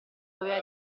doveva